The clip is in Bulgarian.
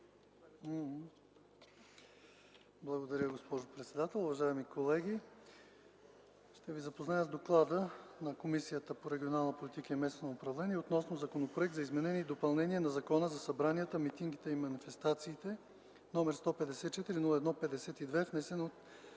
Благодаря, госпожо председател. Уважаеми колеги, ще ви запозная с „ДОКЛАД на Комисията по регионална политика и местно самоуправление относно Законопроект за изменение и допълнение на Закона за събранията, митингите и манифестациите, № 154 -01-52, внесен от